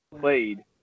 played